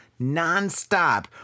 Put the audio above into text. nonstop